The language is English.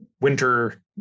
winter